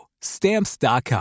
stamps.com